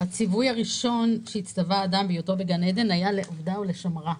"הציווי הראשון שהצטווה האדם בהיותו בגן עדן היה לעבדה ולשמרה".